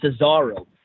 Cesaro